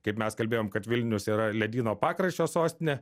kaip mes kalbėjom kad vilnius yra ledyno pakraščio sostinė